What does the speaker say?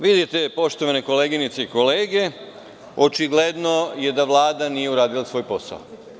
Vidite, poštovani koleginice i kolege, očigledno je da Vlada nije uradila svoj posao.